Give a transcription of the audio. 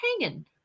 hanging